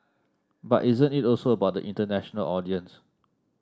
but isn't it also about the international audience